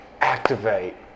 activate